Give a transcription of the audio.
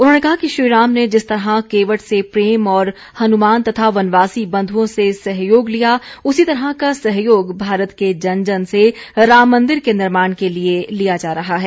उन्होंने कहा कि श्रीराम ने जिस तरह केवट से प्रेम और हनुमान तथा वनवासी बन्ध्रों से सहयोग लिया उसी तरह का सहयोग भारत के जन जन से राम मन्दिर के निर्माण के लिए लिया जा रहा है